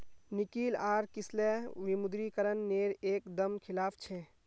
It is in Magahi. निकिल आर किसलय विमुद्रीकरण नेर एक दम खिलाफ छे